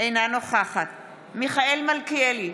אינה נוכחת מיכאל מלכיאלי,